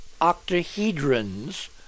octahedrons